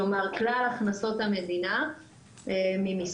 כלומר כלל הכנסות המדינה ממסים,